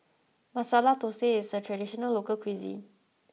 masala thosai is a traditional local cuisine